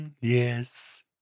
yes